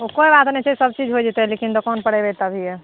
ओ कोइ बात नहि छै सब चीज होए जयतै लेकिन दोकान पर ऐबे तभिए